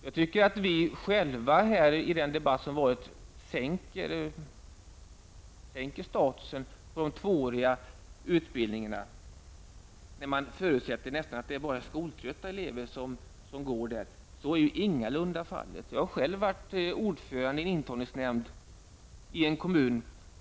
Jag tycker att vi själva under debatten har sänkt statusen för de tvååriga utbildningarna när vi nästan förutsatt att det bara är skoltrötta elever som går dessa utbildningar. Så är ingalunda fallet. Jag har själv varit ordförande i en intagningsnämnd i en kommun.